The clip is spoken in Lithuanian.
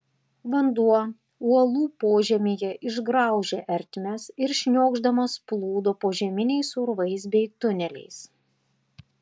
vanduo uolų pažemyje išgraužė ertmes ir šniokšdamas plūdo požeminiais urvais bei tuneliais